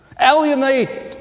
alienate